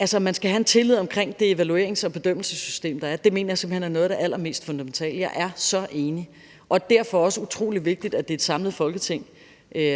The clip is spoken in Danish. altså at man skal have en tillid til det evaluerings- og bedømmelsessystem, der er, og det mener jeg simpelt hen er noget af det allermest fundamentale. Jeg er så enig, og derfor er det også utrolig vigtigt, at det er et samlet Folketing,